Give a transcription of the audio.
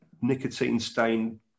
nicotine-stained